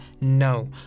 no